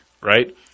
right